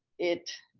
it